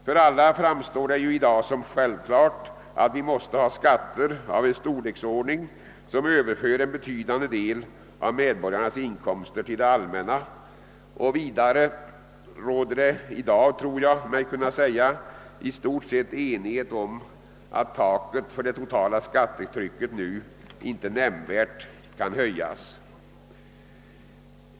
För alla framstår det i dag som självklart att vi måste ha skatter av en sådan storleksordning att en betydande del av medborgarnas inkomster överförs på det allmänna. Vidare råder i dag, tror jag, i stort sett enighet om att taket för det totala skattetrycket inte nämnvärt kan höjas.